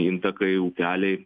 intakai upeliai